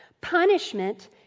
Punishment